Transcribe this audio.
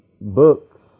books